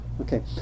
Okay